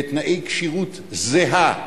בתנאי כשירות זהים,